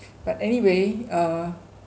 but anyway uh